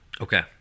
Okay